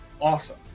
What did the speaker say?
awesome